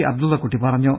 അബ്ദുള്ളക്കുട്ടി പറഞ്ഞു